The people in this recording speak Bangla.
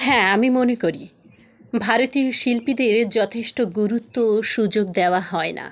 হ্যাঁ আমি মনে করি ভারতীয় শিল্পীদের যথেষ্ট গুরুত্ব ও সুযোগ দেওয়া হয় না